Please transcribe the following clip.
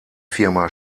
firma